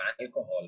alcohol